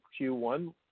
Q1